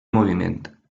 moviment